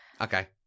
Okay